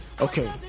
Okay